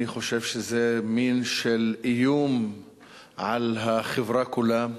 אני חושב שזה מין איום על החברה כולה,